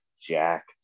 Jack